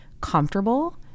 comfortable